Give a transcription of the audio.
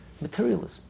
materialism